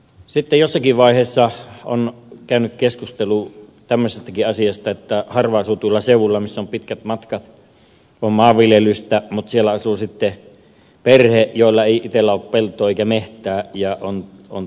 jossakin vaiheessa on käyty keskustelua tämmöisestäkin asiasta että kun harvaan asutuilla seuduilla missä on pitkät matkat ja on maanviljelystä asuu perhe jolla itsellään ei ole peltoa eikä metsää ja on